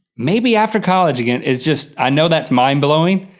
maybe after college, again, is just, i know that's mind blowing,